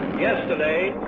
yesterday,